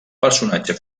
personatge